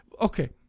okay